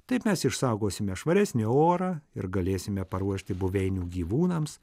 taip mes išsaugosime švaresnį orą ir galėsime paruošti buveinių gyvūnams